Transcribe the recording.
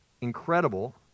incredible